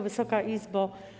Wysoka Izbo!